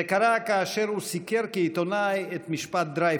זה קרה כאשר הוא סיקר כעיתונאי את משפט דרייפוס.